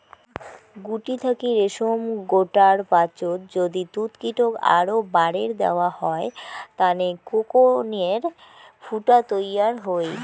গুটি থাকি রেশম গোটার পাচত যদি তুতকীটক আরও বারের দ্যাওয়া হয় তানে কোকুনের ফুটা তৈয়ার হই